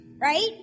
right